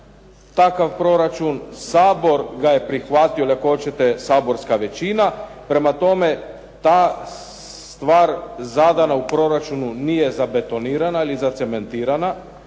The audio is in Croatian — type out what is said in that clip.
takav proračun, Sabor ga je prihvatio ili ako hoćete saborska većina. Prema tome, ta stvar zadana u proračunu nije zabetonirana ili zacementirana,